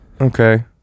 okay